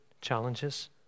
challenges